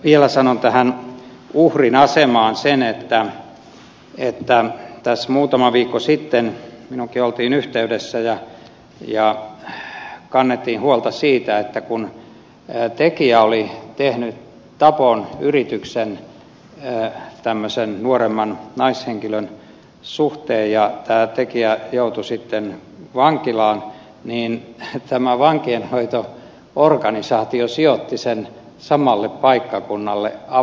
vielä sanon uhrin asemaan liittyen sen että muutama viikko sitten minuunkin oltiin yhteydessä ja kannettiin huolta siitä että kun tekijä oli tehnyt nuoremman naishenkilön tapon yrityksen ja joutui sitten vankilaan niin tämä vankeinhoito organisaatio sijoitti hänet samalle paikkakunnalle avolaitokseen